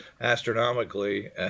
astronomically